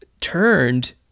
turned